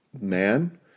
man